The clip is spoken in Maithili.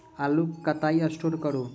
आलु केँ कतह स्टोर करू?